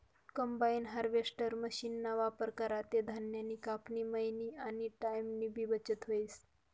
combine harvester मशीनना वापर करा ते धान्यनी कापनी, मयनी आनी टाईमनीबी बचत व्हस